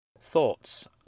Thoughts